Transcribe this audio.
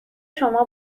شما